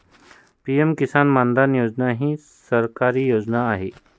PM Kisan Maandhan Yojana ही सरकारी योजना आहे